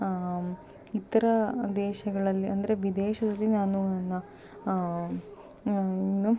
ಇತ್ರ ದೇಶಗಳಲ್ಲಿ ಅಂದರೆ ವಿದೇಶದಲ್ಲಿ ನಾನು ನನ್ನ